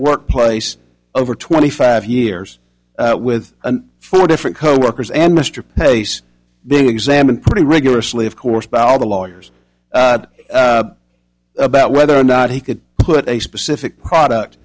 workplace over twenty five years with four different co workers and mr pace being examined pretty rigorously of course by all the lawyers about whether or not he could put a specific product